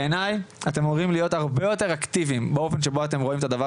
בעיניי אתם אמורים להיות הרבה יותר אקטיביים באופן שבו אתם רואים את הדבר